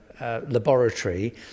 laboratory